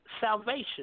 salvation